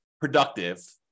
productive